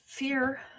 fear